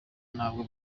ntabwo